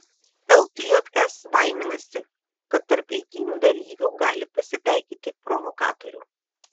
ltjs baiminasi kad tarp eitynių dalyvių gali pasitaikyti provokatorių